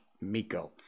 Miko